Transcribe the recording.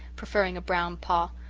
proffering a brown paw.